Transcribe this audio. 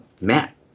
Matt